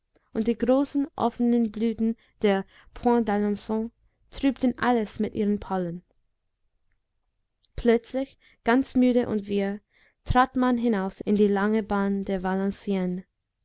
und die großen offenen blüten der points d'alenon trübten alles mit ihren pollen plötzlich ganz müde und wirr trat man hinaus in die lange bahn der